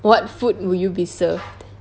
what food would you be served